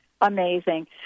amazing